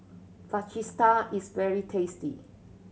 fajitas is very tasty